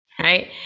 right